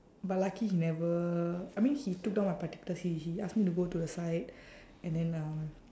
but lucky he never I mean he took down my particulars he he ask me to go to the side and then uh